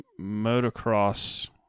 motocross